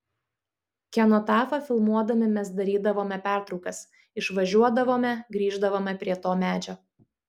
kenotafą filmuodami mes darydavome pertraukas išvažiuodavome grįždavome prie to medžio